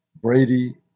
Brady